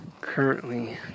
currently